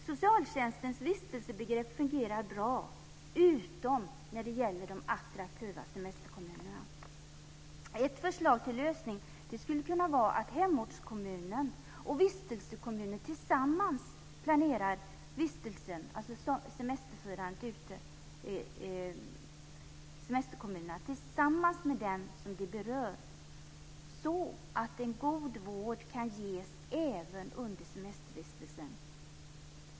Socialtjänstens vistelsebegrepp fungerar bra - utom när det gäller de attraktiva semesterkommunerna. Ett förslag till lösning skulle kunna vara att hemortskommunen och vistelsekommunen tillsammans planerar semestervistelsen, tillsammans med den det berör, så att en god vård kan ges även under semestervistelsen.